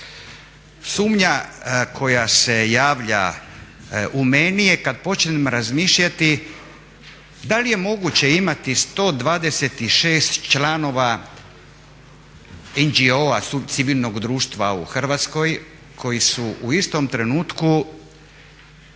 Sumnja koja se javlja u meni je kad počnem razmišljati da li je moguće imati 126 članova NGO-a civilnog društva u Hrvatskoj koji su u istom trenutku